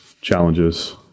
challenges